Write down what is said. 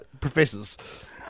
professors